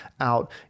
out